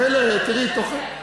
מרוב תוכניות-אב,